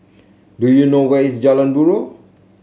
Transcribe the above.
do you know where is Jalan Buroh